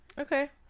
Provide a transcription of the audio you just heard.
Okay